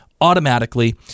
automatically